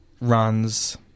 runs